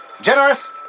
Generous